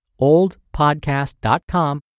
oldpodcast.com